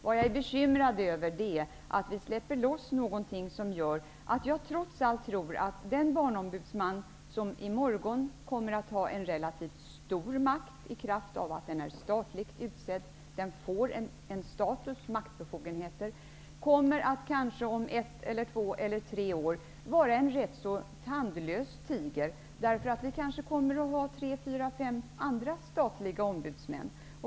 Vad jag är bekymrad över är att vi släpper loss någonting som gör att jag trots allt tror att den Barnombudsman som i morgon kommer att ha relativt stor makt i kraft av att vara statligt utsedd -- Barnombudsmannen får status och maktbefogenheter -- kanske om ett eller två eller tre år kommer att vara en rätt så tandlös tiger, därför att vi då kanske kommer att ha tre, fyra eller fem andra statliga ombudsmän.